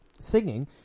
Singing